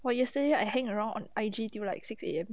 !whoa! yesterday I hang around on I_G till like six A_M